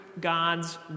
God's